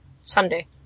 Sunday